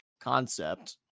concept